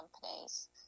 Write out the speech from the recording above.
companies